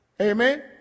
Amen